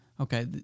Okay